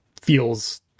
feels